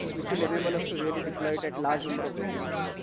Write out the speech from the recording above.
which will enable us to really deploy large number of locations.